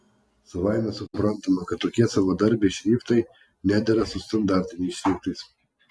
savaime suprantama kad tokie savadarbiai šriftai nedera su standartiniais šriftais